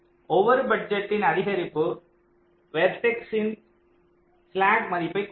எனவே ஒவ்வொரு பட்ஜெட்டின் அதிகரிப்பு வெர்டெக்ஸின் இன் ஸ்லாக் மதிப்பைக் குறைக்கும்